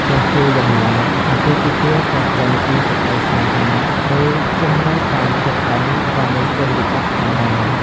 ទោះជាយ៉ាងណា អាពាហ៍ពិពាហ៍កើតចេញពីសេចក្តីស្នេហា ឬជ្រើសរើសតាមចិត្ដឯងក៏មានគុណវិបត្តិផងដែរ។